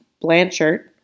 Blanchard